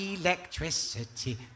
Electricity